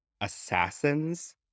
assassins